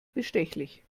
bestechlich